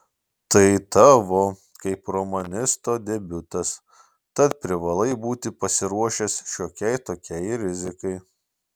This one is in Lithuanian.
tai tavo kaip romanisto debiutas tad privalai būti pasiruošęs šiokiai tokiai rizikai